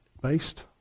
based